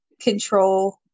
control